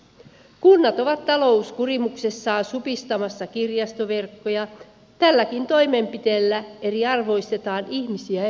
kunnat ovat talouskurimuksessaan supistamassa kirjastoverkkoja ja tälläkin toimenpiteellä eriarvoistetaan ihmisiä entisestään